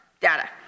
data